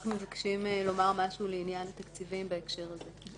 מבקשים לומר משהו לעניין תקציבים בהקשר הזה.